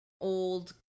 old